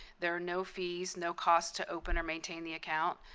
there are no fees, no cost to open or maintain the account.